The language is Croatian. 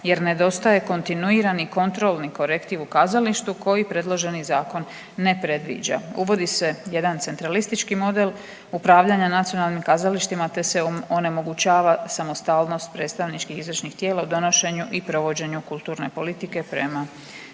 jer nedostaje kontinuirani kontrolni korektiv u kazalištu koji predloženi Zakon ne predviđa. Uvodi se jedan centralistički model upravljanja nacionalnim kazalištima te se onemogućava samostalnost predstavničkih i izvršnih tijela u donošenju i provođenju kulturne politike prema